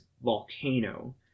volcano